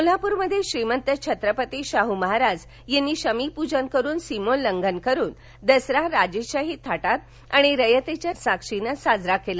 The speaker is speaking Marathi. कोल्हापूरमधे श्रीमंत छत्रपती शाह महाराज यांनी शमी पूजन करून सीमोल्लंघन करून दसरा राजेशाही थाटात आणि रयतेच्या साक्षीने साजरा केला